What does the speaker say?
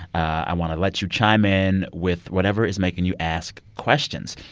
i want to let you chime in with whatever is making you ask questions,